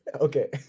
Okay